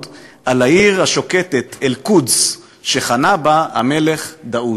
/ על העיר השוקטת אל-קודס / שחנה בה המלך דאוד.